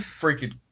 freaking